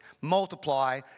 Multiply